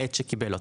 בעת שקיבל אותם,